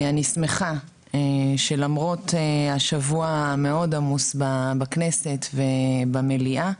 אני שמחה שלמרות השבוע המאוד עמוס בכנסת ובמליאה,